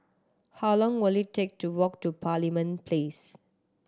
how long will it take to walk to Parliament Place